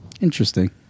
Interesting